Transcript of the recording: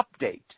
update